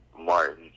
Martin